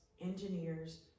engineers